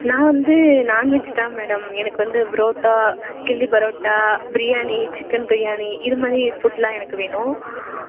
நான் வந்து நாண்வெஜ் தான் மேடம் எனக்கு வந்து பரோட்டா கில்லி பரோட்டா பிரியாணி சிக்கன் பிரியாணி இதுமாதிரி ஃபுட் எல்லாம் எனக்கு வேணும்